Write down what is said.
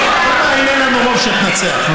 אם אין לנו רוב, שתנצח.